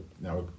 now